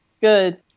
Good